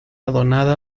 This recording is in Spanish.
donada